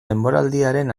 denboraldiaren